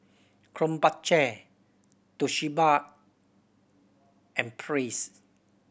Krombacher Toshiba and Praise